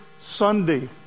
Sunday